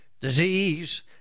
disease